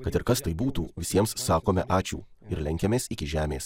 kad ir kas tai būtų visiems sakome ačiū ir lenkiamės iki žemės